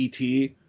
et